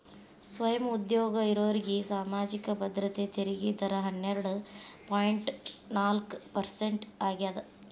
ಸ್ವಯಂ ಉದ್ಯೋಗ ಇರೋರ್ಗಿ ಸಾಮಾಜಿಕ ಭದ್ರತೆ ತೆರಿಗೆ ದರ ಹನ್ನೆರಡ್ ಪಾಯಿಂಟ್ ನಾಲ್ಕ್ ಪರ್ಸೆಂಟ್ ಆಗ್ಯಾದ